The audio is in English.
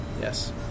Yes